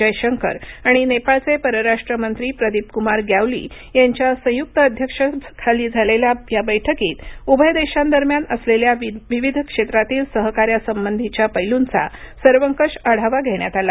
जयशंकर आणि नेपाळचे परराष्ट्रमंत्री प्रदीपकुमार ग्यावली यांच्या संयुक्त अध्यक्षतेखाली झालेल्या या बैठकीत उभय देशांदरम्यान असलेल्या विविध क्षेत्रातील सहकार्यासंबंधीच्या पैलूंचा सर्वंकष आढावा घेण्यात आला